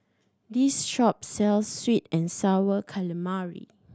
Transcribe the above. this shop sells sweet and Sour Calamari